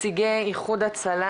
באיחוד הצלה